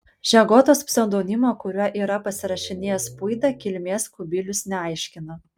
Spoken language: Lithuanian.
žegotos pseudonimo kuriuo yra pasirašinėjęs puida kilmės kubilius neaiškina